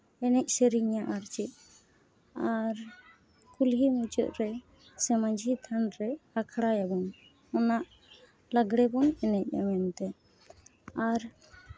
ᱮᱱᱮᱡ ᱥᱮᱨᱮᱧᱟ ᱟᱨ ᱪᱮᱫ ᱟᱨ ᱠᱩᱞᱦᱤ ᱢᱩᱪᱟᱹᱫ ᱨᱮ ᱥᱮ ᱢᱟᱹᱡᱷᱤ ᱛᱷᱟᱱ ᱨᱮ ᱟᱠᱷᱲᱟᱭᱟᱵᱚᱱ ᱚᱱᱟ ᱞᱟᱜᱽᱲᱮ ᱵᱚᱱ ᱮᱱᱮᱡᱼᱟ ᱢᱮᱱᱛᱮ ᱟᱨ